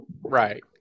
right